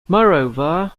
moreover